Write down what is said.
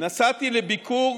נסעתי לביקור